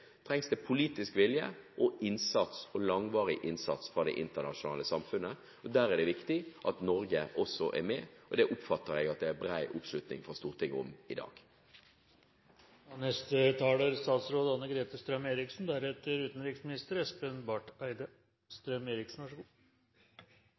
trengs det politisk vilje og langvarig innsats fra det internasjonale samfunnet. Der er det viktig at Norge også er med. Det oppfatter jeg at det er bred oppslutning om fra Stortinget i dag.